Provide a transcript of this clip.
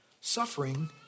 suffering